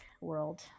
world